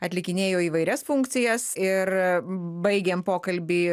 atlikinėjo įvairias funkcijas ir baigėm pokalbį